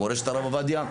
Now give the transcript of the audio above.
מורשת הרב עובדיה,